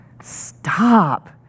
Stop